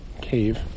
cave